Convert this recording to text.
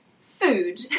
food